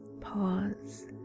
pause